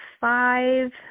five